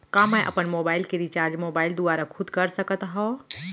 का मैं अपन मोबाइल के रिचार्ज मोबाइल दुवारा खुद कर सकत हव?